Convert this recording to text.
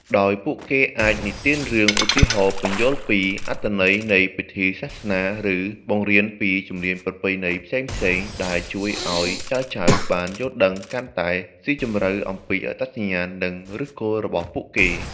ដោយពួកគេអាចនិទានរឿង ឧទាហរណ៍ ពន្យល់ពីអត្ថន័យនៃពិធីសាសនា ឬបង្រៀនពីជំនាញប្រពៃណីផ្សេងៗ ដែលជួយឲ្យចៅៗបានយល់ដឹងកាន់តែស៊ីជម្រៅអំពីអត្តសញ្ញាណ និងឫសគល់របស់ពួកគេ។